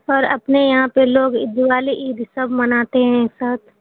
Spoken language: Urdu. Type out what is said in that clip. اور اپنے یہاں پہ لوگ دیوالی عید سب مناتے ہیں ایک ساتھ